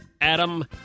Adam